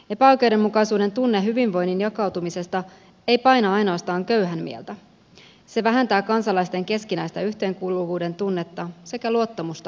epäoikeudenmukaisuuden tunne hyvinvoinnin jakautumisesta ei paina ainoastaan köyhän mieltä se vähentää kansalaisten keskinäistä yhteenkuuluvuudentunnetta sekä luottamusta yhteiskuntaan